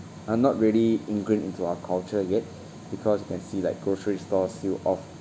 are not really ingrain into our culture yet because you can see like grocery stores still off~